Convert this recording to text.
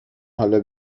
حالا